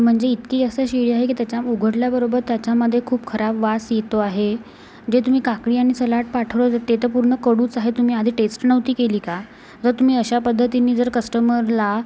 म्हणजे इतकी जास्त शिळी आहे की त्याच्यामु उघडल्याबरोबर त्याच्यामधे खूप खराब वास येतो आहे जे तुम्ही काकडी आणि सलॅड पाठवलं ते तर पूर्ण कडूच आहे तुम्ही आधी टेस्ट नव्हती केली का जर तुम्ही अशा पद्धतीनं जर कस्टमरला